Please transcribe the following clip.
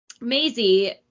Maisie